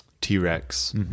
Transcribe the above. T-Rex